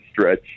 stretch